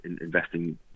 investing